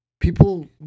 People